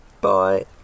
Bye